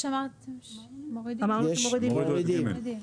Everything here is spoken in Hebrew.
אמרנו שמורידים את זה.